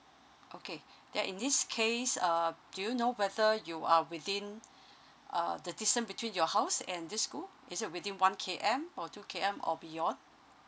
okay then in this case uh do you know whether you are within uh the distance between your house and this school is it within one K_M or two K_M or beyond